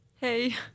Hey